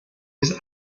his